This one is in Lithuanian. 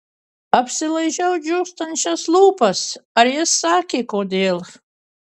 apsilaižau džiūstančias lūpas ar jis sakė kodėl